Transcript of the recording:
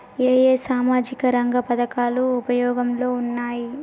ఏ ఏ సామాజిక రంగ పథకాలు ఉపయోగంలో ఉన్నాయి?